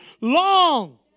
long